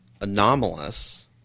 anomalous